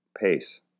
pace